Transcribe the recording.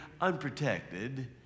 unprotected